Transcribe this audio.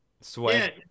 sweat